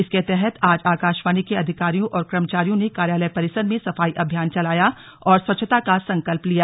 इसके तहत आज आकाशवाणी के अधिकारियों और कर्मचारियों ने कार्यालय परिसर में सफाई अभियान चलाया और स्वच्छता का संकल्प लिया